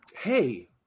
hey